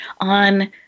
on